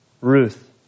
Ruth